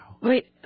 Wait